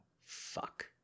fuck